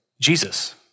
Jesus